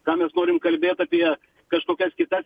ką mes norim kalbėt apie kažkokias kitas